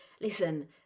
listen